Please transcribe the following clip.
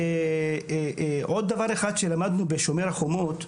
עוד דבר אחד שלמדנו ב"שומר החומות",